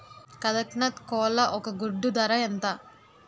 కదక్నత్ కోళ్ల ఒక గుడ్డు ధర ఎంత?